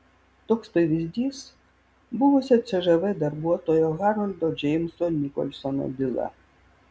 toks pavyzdys buvusio cžv darbuotojo haroldo džeimso nikolsono byla